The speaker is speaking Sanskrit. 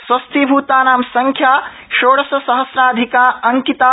स्वस्थीभूतानां च संख्या षोडशसहम्राधिका अंकिता